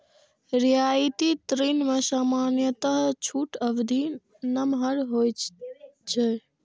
रियायती ऋण मे सामान्यतः छूट अवधि नमहर होइ छै